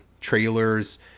trailers